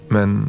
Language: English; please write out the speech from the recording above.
Men